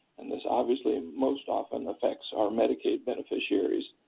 and this obviously most often affects our medicaid beneficiaries.